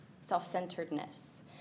self-centeredness